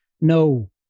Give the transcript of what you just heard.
no